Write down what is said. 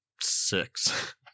six